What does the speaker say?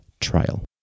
trial